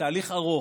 בתהליך ארוך,